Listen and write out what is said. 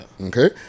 Okay